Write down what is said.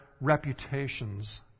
reputations